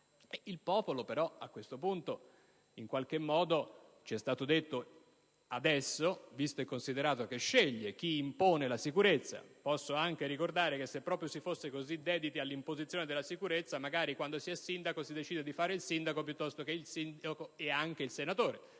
Il popolo a questo punto - c'è stato detto adesso - sceglie chi impone la sicurezza. Posso però ricordare che se proprio si fosse così dediti all'imposizione della sicurezza, magari, quando si è sindaco, si deciderebbe di fare il sindaco piuttosto che il sindaco e anche il senatore,